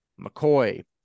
McCoy